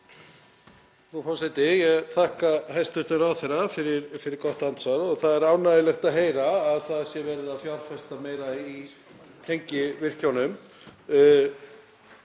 Það er ánægjulegt að heyra að verið sé að fjárfesta meira í tengivirkjunum.